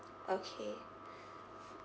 okay